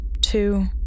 two